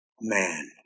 man